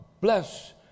bless